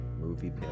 Movie